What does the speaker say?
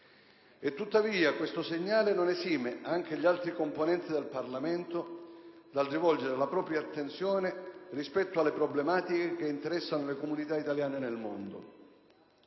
E tuttavia questo segnale non esime anche gli altri componenti del Parlamento dal rivolgere la propria attenzione alle problematiche che interessano le comunità italiane nel mondo.